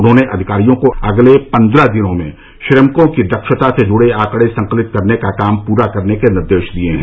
उन्होंने अधिकारियों को अगले पंद्रह दिनों में श्रमिकों की दक्षता से जुड़े आंकड़े संकलित करने का काम पूरा करने के निर्देश दिए हैं